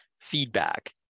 feedback